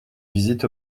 visite